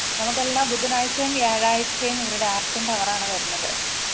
നമുക്ക് എല്ലാ ബുധനാഴ്ച്ചയും വ്യാഴാഴ്ച്ചയും ഇവരുടെ ആര്ട്ടിന്റെ അവറാണ് വരുന്നത്